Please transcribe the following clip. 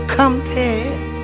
compared